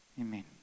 amen